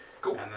Cool